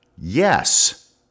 yes